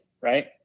right